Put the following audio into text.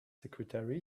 secretary